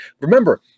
remember